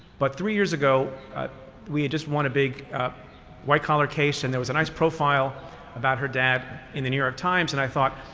but three years ago we had just won a big white collar case and there was a nice profile about her dad in the new york times and i thought,